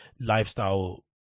lifestyle